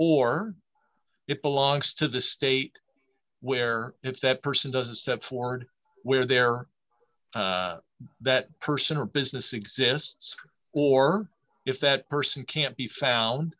or it belongs to the state where if that person does a step forward where there that person or business exists or if that person can't be found